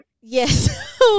Yes